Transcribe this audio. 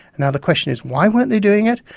and the question is why weren't they doing it?